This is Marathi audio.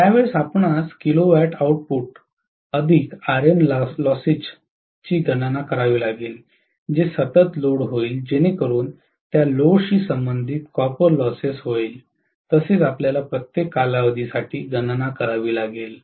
त्या वेळेस आपणास किलोवॅट आउटपुट आयर्न लॉस्सेस ची गणना करावी लागेल जे सतत लोड होईल जेणेकरून त्या लोडशी संबंधित कॉपर लॉस्सेस होईल तसेच आपल्याला प्रत्येक कालावधीसाठी गणना करावी लागेल